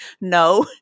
no